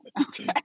Okay